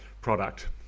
product